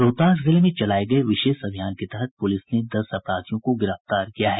रोहतास जिले में चलाये गये विशेष अभियान के तहत पुलिस ने दस अपराधियों को गिरफ्तार किया है